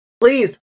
Please